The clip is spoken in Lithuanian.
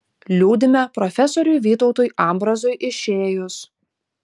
liūdime profesoriui vytautui ambrazui išėjus